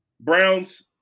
Browns